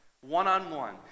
one-on-one